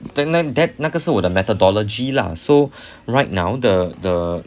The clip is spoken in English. tenant that 那个是我的 methodology lah so right now the the